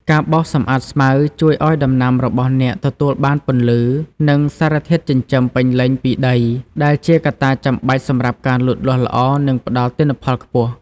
ការបោសសម្អាតស្មៅជួយឱ្យដំណាំរបស់អ្នកទទួលបានពន្លឺ និងសារធាតុចិញ្ចឹមពេញលេញពីដី ដែលជាកត្តាចាំបាច់សម្រាប់ការលូតលាស់ល្អ និងផ្តល់ទិន្នផលខ្ពស់។